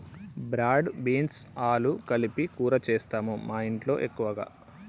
broad beans ఆలు కలిపి కూర చేస్తాము మాఇంట్లో ఎక్కువగా